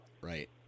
Right